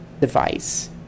device